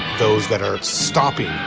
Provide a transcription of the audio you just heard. those that are stopping.